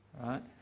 right